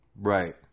right